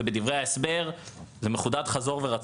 זה בדברי ההסבר, זה מחודד חזור ורצוא.